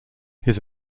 his